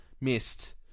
missed